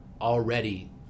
already